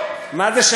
איזה אנטישמיות זאת,